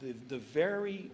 the very